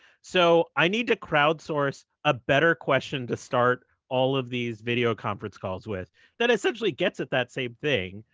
so i need to crowdsource a better question to start all of these video conference calls with that essentially gets it that same thing,